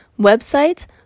websites